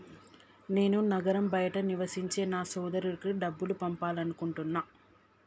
నేను నగరం బయట నివసించే నా సోదరుడికి డబ్బు పంపాలనుకుంటున్నా